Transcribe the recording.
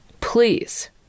Please